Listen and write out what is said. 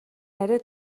арай